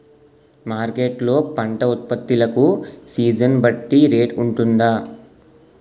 Market లొ పంట ఉత్పత్తి లకు సీజన్ బట్టి రేట్ వుంటుందా?